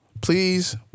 please